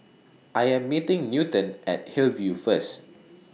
I Am meeting Newton At Hillview First